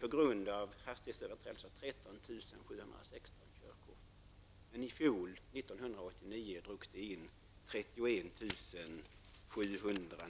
på grund av hastighetsöverträdelser drogs in 13 760 körkort. I fjol, 1989, drogs det in ungefär 31 700.